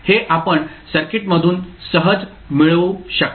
हे आपण सर्किटमधून सहज मिळवू शकता